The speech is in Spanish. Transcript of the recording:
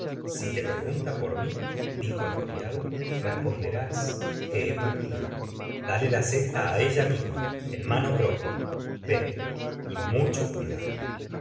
si te pregunta por mi dijo al criado responderás que he partido dale la cesta á ella misma en mano propia ve y mucho cuidado